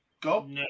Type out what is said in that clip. Go